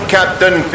Captain